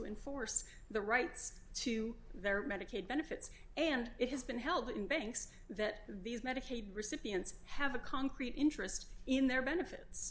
enforce the rights to their medicaid benefits and it has been held in banks that these medicaid recipients have a concrete interest in their benefits